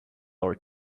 are